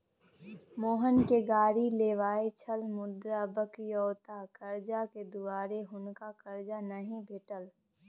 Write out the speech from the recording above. मोहनकेँ गाड़ी लेबाक छल मुदा बकिऔता करजाक दुआरे हुनका करजा नहि भेटल